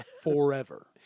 forever